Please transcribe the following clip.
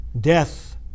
death